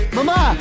Mama